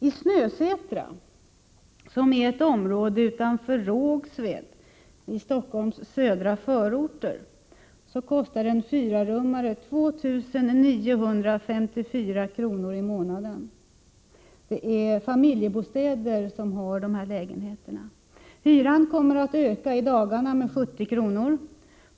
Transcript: I Snösätra, som är ett område utanför Rågsved i Stockholms södra förorter, kostar en fyrarummare 2 954 kr. i månaden. Det är Familjebostäder som har dessa lägenheter. Hyran kommer i dagarna att öka med 70 kr.